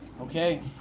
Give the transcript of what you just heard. Okay